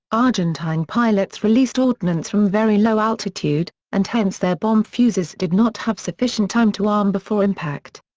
argentine pilots released ordnance from very low altitude, and hence their bomb fuzes did not have sufficient time to arm before impact.